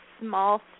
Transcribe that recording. small